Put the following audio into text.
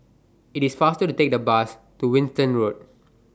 IT IS faster to Take The Bus to Winstedt Road